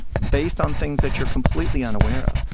based on things that you're completely unaware of.